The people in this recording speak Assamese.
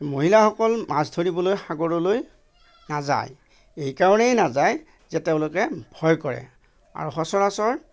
মহিলাসকল মাছ ধৰিবলৈ সাগৰলৈ নাযায় এই কাৰণেই নাযায় যে তেওঁলোকে ভয় কৰে আৰু সচৰাচৰ